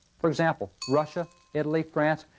for example, russia, italy, france,